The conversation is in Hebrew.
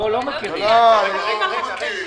--- לא, לא מכירים.